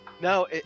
No